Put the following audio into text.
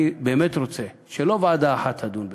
אני באמת רוצה שלא ועדה אחת תדון בזה.